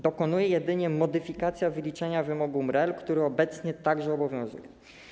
Dokonuje jedynie modyfikacji wyliczenia wymogu MREL, który obecnie także obowiązuje.